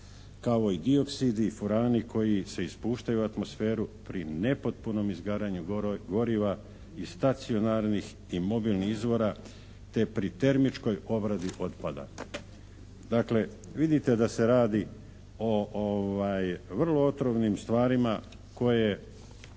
kao i dioksidi i furani koji se ispuštaju u atmosferu pri nepotpunom izgaranja goriva i stacionarnih i miobilnih izvora te pri termičkoj obradi otpada. Dakle vidite da se radi o vrlo otrovnim stvarima koje